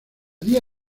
día